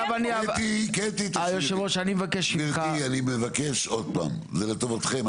גברתי, אני מבקש עוד פעם, זה לטובתכם.